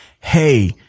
Hey